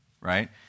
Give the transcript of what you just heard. right